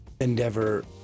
endeavor